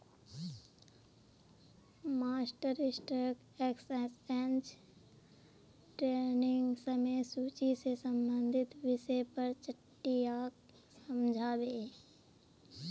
master stock exchange ट्रेडिंगक समय सूची से संबंधित विषय पर चट्टीयाक समझा बे